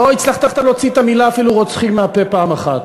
לא הצלחת להוציא אפילו את המילה "רוצחים" מהפה פעם אחת.